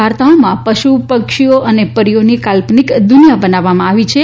વાર્તાઓમાં પશુ પક્ષીઓ અને પરીઓની કાલ્પનિક દુનિયા બનાવવામાં આવી છે